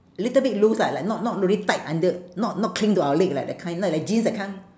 little bit loose lah like not not really tight until not not cling to our leg like that kind not like jeans that kind